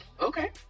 Okay